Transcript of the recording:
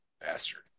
Bastard